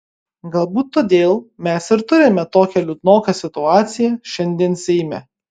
galbūt todėl mes ir turime tokią liūdnoką situaciją šiandien seime